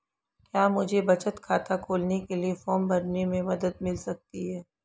क्या मुझे बचत खाता खोलने के लिए फॉर्म भरने में मदद मिल सकती है?